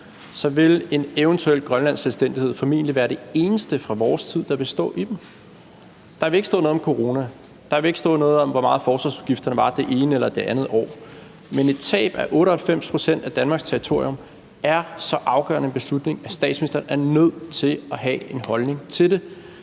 år, vil en eventuel grønlandsk selvstændighed formentlig være det eneste fra vores tid, der vil stå i dem. Der vil ikke stå noget om corona, og der vil ikke stå noget om, hvor meget forsvarsudgifterne var det ene eller det andet år. Men et tab af 98 pct. af Danmarks territorium er så afgørende en beslutning, at statsministeren er nødt til at have en holdning til det.